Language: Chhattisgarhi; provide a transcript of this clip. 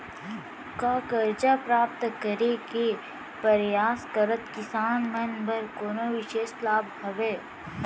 का करजा प्राप्त करे के परयास करत किसान मन बर कोनो बिशेष लाभ हवे?